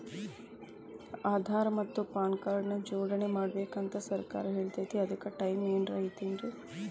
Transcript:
ಆಧಾರ ಮತ್ತ PAN card ನ ಜೋಡಣೆ ಮಾಡ್ಬೇಕು ಅಂತಾ ಸರ್ಕಾರ ಹೇಳೈತ್ರಿ ಅದ್ಕ ಟೈಮ್ ಏನಾರ ಐತೇನ್ರೇ?